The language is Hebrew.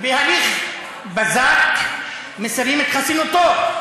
בהליך בזק מסירים את חסינותו.